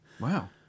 Wow